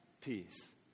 peace